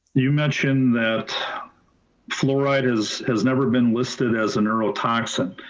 you mentioned that fluoride has has never been listed as a neurotoxin.